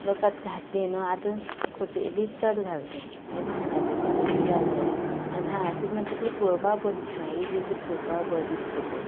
लोक आतां घातली न्हू आतां खोटेलीच चड घालताय हे भांगराची खंय तितली घालताय आनी भांगराची मागी तितली पळोवपा बरी दिसनाय हीं पळोवपा बरीं दिसताय पळय